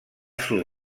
sud